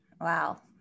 Wow